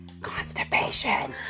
Constipation